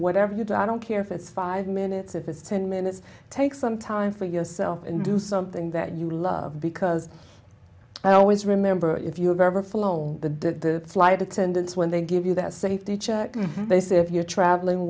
whatever you do i don't care if it's five minutes if it's ten minutes take some time for yourself and do something that you love because i always remember if you have ever flown the flight attendants when they give you that safety check they say if you're traveling